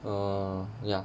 err ya